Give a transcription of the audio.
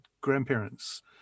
grandparents